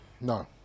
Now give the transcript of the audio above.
No